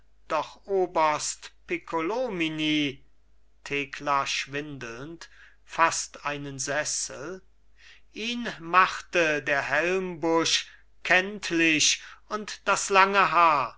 doch oberst piccolomini thekla schwindelnd faßt einen sessel ihn machte der helmbusch kenntlich und das lange haar